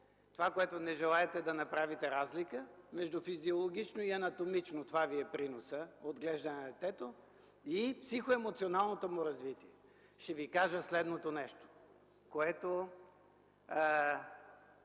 изясните. Не желаете да направите разлика между физиологично и анатомично – това Ви е приносът за отглеждане на детето, и психоемоционалното му развитие. Ще Ви кажа следното нещо, което